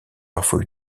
parfois